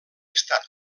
estat